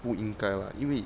不应该啦因为